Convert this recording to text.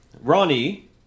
Ronnie